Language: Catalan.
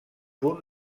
punt